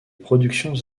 productions